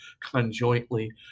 conjointly